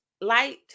light